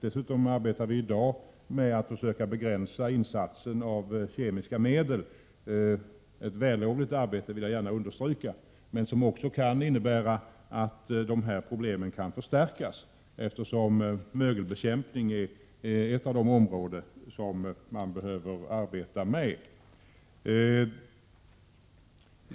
Vi arbetar dessutom i dag med att försöka begränsa insatsen av kemiska medel. Det är ett vällovligt arbete, det vill jag gärna understryka, men det kan också innebära att problemen kan förstärkas eftersom mögelbekämpningen är ett av de områden man behöver arbeta med.